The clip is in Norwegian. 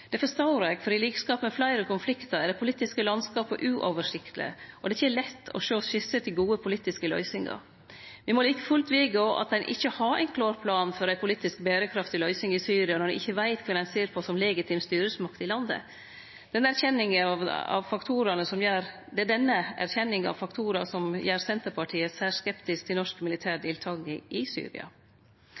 Det forstår eg, for i likskap med fleire konfliktar er det politiske landskapet uoversiktleg, og det er ikkje lett å sjå skisser til gode politiske løysingar. Me må like fullt vedgå at ein ikkje har ein klar plan for ei politisk berekraftig løysing i Syria når ein ikkje veit kven ein ser på som legitim styresmakt i landet. Det er denne erkjenninga av faktorar som gjer Senterpartiet særs skeptisk til norsk militær deltaking i Syria. Ein annan klar konklusjon frå Afghanistan-utvalet er at når ein vurderer norsk militær deltaking i